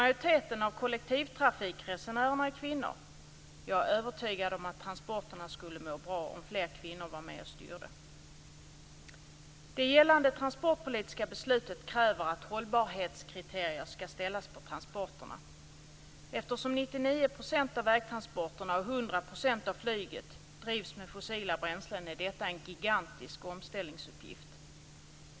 Jag är övertygad om att transporterna skulle må bra, om fler kvinnor var med och styrde. Det gällande transportpolitiska beslutet kräver att hållbarhetskriterier skall ställas upp för transporterna. Eftersom 99 % av vägtransporterna och 100 % av flygtransporterna utförs med fossila bränslen, är detta en gigantisk omställningsuppgift.